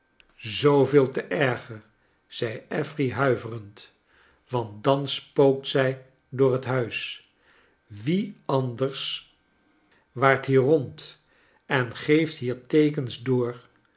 zooveel te ergery zei affery huiverend want dan spookt zij door het huis wie anders waart hier rond en geeft hier teekens door